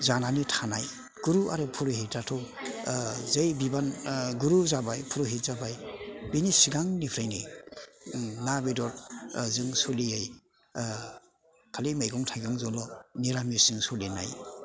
जानानै थानाय गुरु आरो पुरहितआथ' गुरु जाबाय पुरहित जाबाय बिनि सिगांनिफ्रायनो ना बेदर जों सोलियै खालि मैगं थाइगंजोंल' निरामिसजों सलिनाय